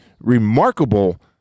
remarkable